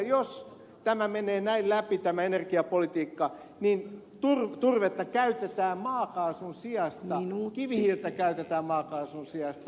jos tämä energiapolitiikka menee näin läpi niin turvetta käytetään maakaasun sijasta kivihiiltä käytetään maakaasun sijasta